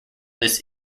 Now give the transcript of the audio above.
this